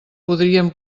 podríem